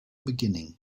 beginning